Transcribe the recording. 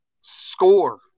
score